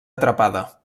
atrapada